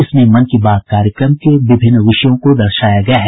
इसमें मन की बात कार्यक्रम के विभिन्न विषयों को दर्शाया गया है